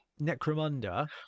Necromunda